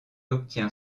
obtient